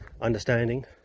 understanding